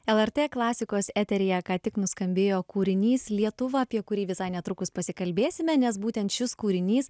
el er t klasikos eteryje ką tik nuskambėjo kūrinys lietuva apie kurį visai netrukus pasikalbėsime nes būtent šis kūrinys